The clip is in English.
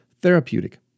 Therapeutic